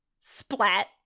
splat